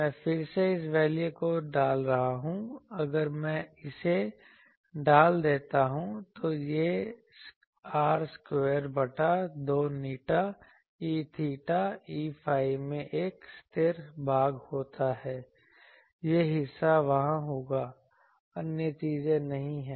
मैं फिर से इस वैल्यू को डाल रहा हूं अगर मैं इसे डाल देता हूं तो यह r स्क्वायर बटा 2η E𝚹 Eϕ में एक स्थिर भाग होता है यह हिस्सा वहां होगा अन्य चीजें नहीं हैं